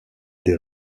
des